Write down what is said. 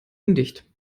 undicht